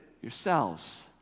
yourselves